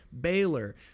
Baylor